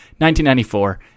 1994